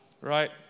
right